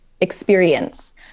experience